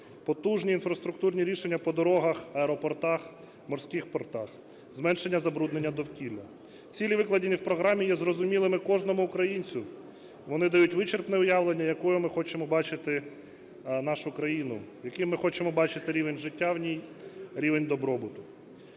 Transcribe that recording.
Потужні інфраструктурні рішення по дорогах, аеропортах, морських портах. Зменшення забруднення довкілля. Цілі, викладені в програмі, є зрозумілими кожному українцю, вони дають вичерпне уявлення, якою ми хочемо бачити нашу країну, який ми хочемо бачити рівень життя в ній, рівень добробуту.